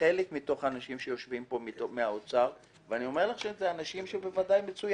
חלק מתוך האנשים שיושבים פה מהאוצר ואני אומר לך שאלה אנשים מצוינים,